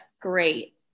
great